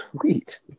Sweet